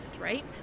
right